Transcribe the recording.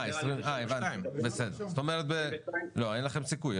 אין לכם סיכוי,